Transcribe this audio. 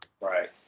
Right